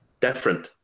different